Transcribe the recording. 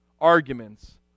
arguments